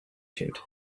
shoot